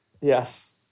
Yes